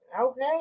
okay